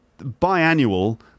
biannual